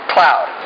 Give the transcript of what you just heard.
Cloud